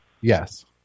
Yes